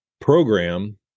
program